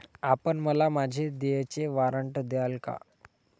आपण मला माझे देयचे वॉरंट द्याल का?